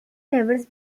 travels